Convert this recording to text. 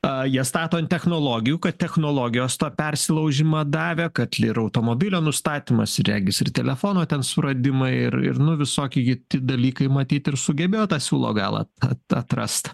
a jie stato ant technologijų kad technologijos tą persilaužimą davė kad lirų automobilio nustatymas ir regis ir telefono ten suradimą ir ir nu visokie kiti dalykai matyt ir sugebėjo tą siūlo galą a at atrast